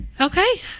Okay